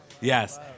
Yes